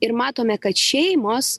ir matome kad šeimos